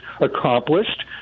accomplished